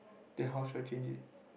then how should I change it